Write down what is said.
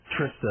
Trista